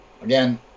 Again